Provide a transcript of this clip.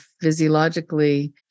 physiologically